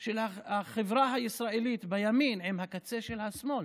של החברה הישראלית בימין עם הקצה של השמאל.